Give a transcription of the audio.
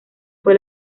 fue